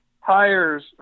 hires